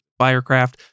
firecraft